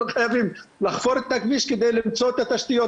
חייבים לחפור את הכביש כדי למצוא את התשתיות,